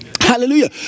Hallelujah